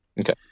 Okay